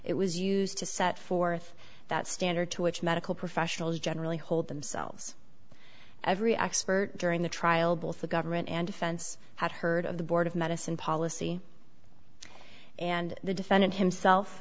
it was used to set forth that standard to which medical professionals generally hold themselves every expert during the trial both the government and defense had heard of the board of medicine policy and the defendant himself